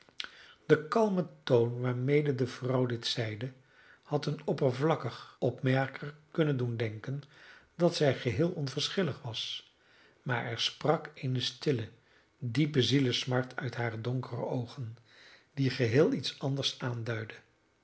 de kalme toon waarmede de vrouw dit zeide had een oppervlakkig opmerker kunnen doen denken dat zij geheel onverschillig was maar er sprak eene stille diepe zielesmart uit hare donkere oogen die geheel iets anders aanduidde